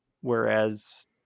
Whereas